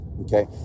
okay